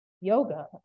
yoga